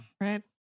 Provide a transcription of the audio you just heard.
Right